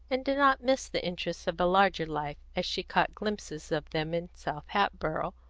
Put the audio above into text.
and did not miss the interests of a larger life, as she caught glimpses of them in south hatboro',